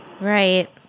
Right